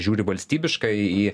žiūriu valstybiškai į